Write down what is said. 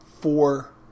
four